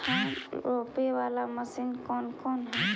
धान रोपी बाला मशिन कौन कौन है?